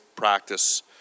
practice